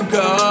go